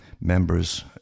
members